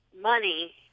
money